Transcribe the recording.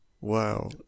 Wow